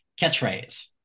Catchphrase